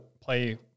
play